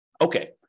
Okay